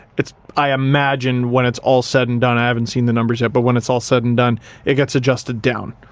it's, i imagine when it's all said and done i haven't seen the numbers yet but when it's all said and done it gets adjusted down.